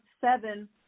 seven